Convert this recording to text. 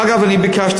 אגב, אני ביקשתי